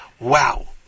Wow